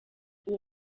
uwo